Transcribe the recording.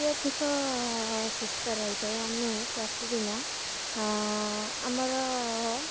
ଅତ୍ୟଧିକ ସୁସ୍ଥ ରହିଥାଏ ଆମେ ପ୍ରତିଦିନ ଆମର